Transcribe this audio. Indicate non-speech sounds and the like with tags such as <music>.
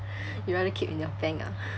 <laughs> you rather keep in your bank ah